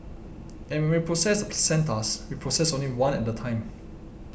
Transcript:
and when we process the placentas we process only one at a time